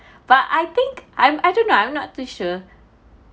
but I think I'm I don't know I'm not too sure